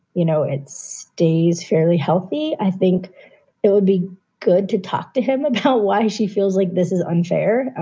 you know, it stays fairly healthy, i think it would be good to talk to him about why she feels like this is unfair.